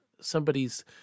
somebody's